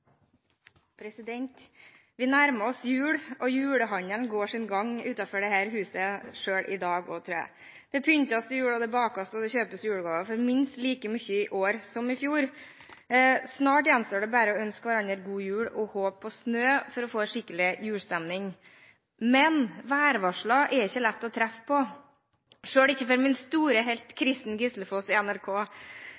over. Vi nærmer oss jul, og julehandelen går sin gang utenfor dette huset selv i dag òg, tror jeg. Det pyntes til jul, det bakes, og det kjøpes julegaver for minst like mye i år som i fjor. Snart gjenstår det bare å ønske hverandre god jul og håpe på snø for å få skikkelig julestemning. Men det er ikke lett å treffe med værvarsler – selv ikke for min store helt